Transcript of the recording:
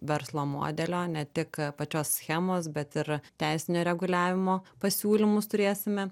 verslo modelio ne tik pačios schemos bet ir teisinio reguliavimo pasiūlymus turėsime